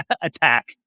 attack